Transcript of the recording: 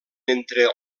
entre